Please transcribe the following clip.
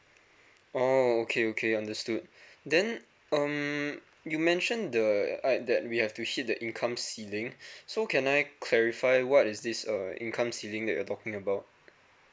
oh okay okay understood then um you mention the uh that we have to hit the income ceiling so can I clarify what is this uh income ceiling that you're talking about